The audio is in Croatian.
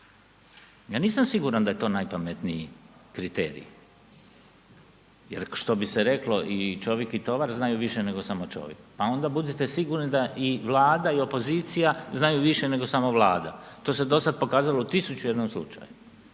Ja nisam siguran da je to najpametniji kriterij jer što bi se reklo i čovik i tovar znaju više nego samo čovik, pa onda budite sigurni da i Vlada i opozicija znaju više nego samo Vlada, to se dosad pokazalo u 1001 slučaju.